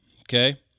Okay